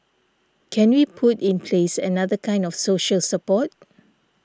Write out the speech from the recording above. can we put in place another kind of social support